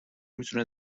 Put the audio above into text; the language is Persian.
میتونه